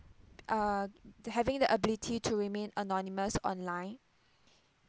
uh the having the ability to remain anonymous online